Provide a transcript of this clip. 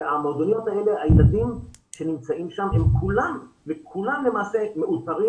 הילדים שנמצאים שם הם כולם למעשה מאותרים